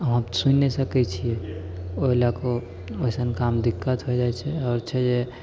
आब सुनि नहि सकैत छियै ओहि लऽ कऽ ओइसन काम दिक्कत हो जाइत छै आओर छै जे